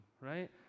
right